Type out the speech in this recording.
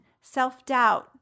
self-doubt